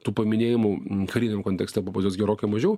tų paminėjimų kariniam kontekste pas juos gerokai mažiau